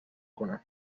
کنن